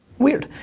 weird,